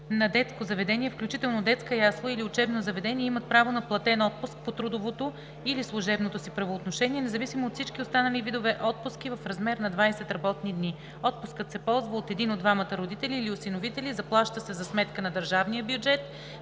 на детското заведение, включително детска ясла или учебно заведение, имат право на платен отпуск по трудовото или служебното си правоотношение, независимо от всички останали видове отпуски, в размер на 20 работни дни. Отпускът се ползва от един от двамата родители или осиновители, заплаща се за сметка на държавния бюджет